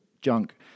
junk